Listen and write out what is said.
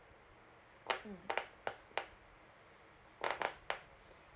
mm